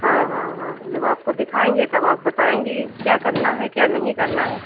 हाँ हाँ हाँ जब आपको दिखाएंगे तब आप बताएंगी कि क्या करना है क्या नहीं करना है